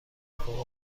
فوق